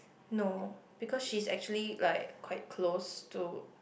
no because she is actually like quite close to